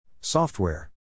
Software